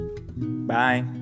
bye